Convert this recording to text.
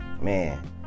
Man